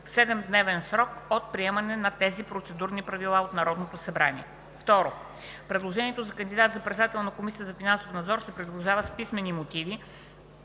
в 7-дневен срок от приемането на тези процедурни правила от Народното събрание. 2. Предложението за кандидат за председател на Комисията за финансов надзор се придружава с писмени мотиви,